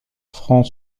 franc